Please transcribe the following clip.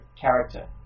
character